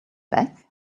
back